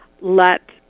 let